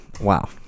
Wow